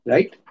Right